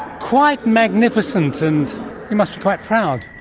quite magnificent, and you must be quite proud.